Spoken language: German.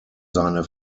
seine